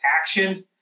action